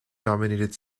dominated